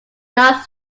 not